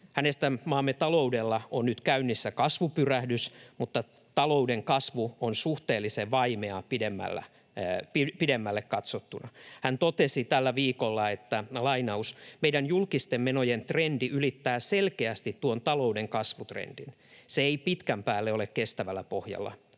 Hänestä maamme taloudella on nyt käynnissä kasvupyrähdys, mutta talouden kasvu on suhteellisen vaimeaa pidemmälle katsottuna. Hän totesi tällä viikolla: ”Meidän julkisten menojen trendi ylittää selkeästi tuon talouden kasvutrendin. Se ei pitkän päälle ole kestävällä pohjalla.”